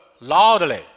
loudly